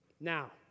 Now